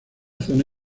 zona